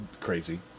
crazy